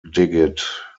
digit